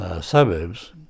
suburbs